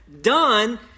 done